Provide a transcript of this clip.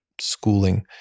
schooling